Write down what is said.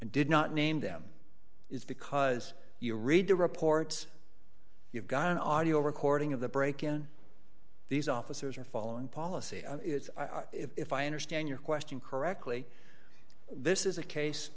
did not name them is because you read the reports you've got an audio recording of the break in these officers are following policy and it's if i understand your question correctly this is a case